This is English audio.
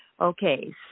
Okay